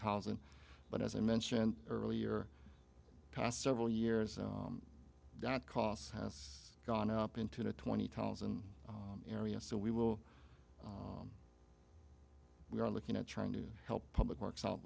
thousand but as i mentioned earlier past several years that costs has gone up into the twenty thousand area so we will we are looking at trying to help public works out